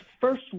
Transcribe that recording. first